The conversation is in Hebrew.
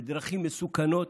בדרכים מסוכנות?